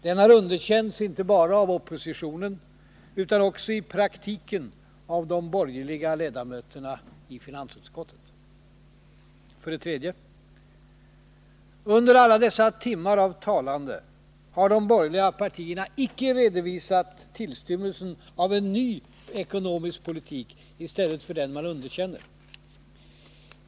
Den har underkänts inte bara av oppositionen utan också i praktiken av de borgerliga ledamöterna i finansutskottet. 3. Under alla dessa timmar av talande har de borgerliga partierna inte redovisat tillstymmelsen till en ny ekonomisk politik i stället för den man underkänner.